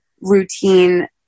routine